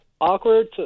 Awkward